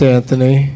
Anthony